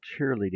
cheerleading